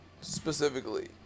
specifically